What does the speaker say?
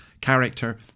character